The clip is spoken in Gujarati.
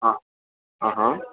હા હા હા